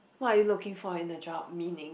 what are you looking for in a job meaning